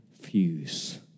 fuse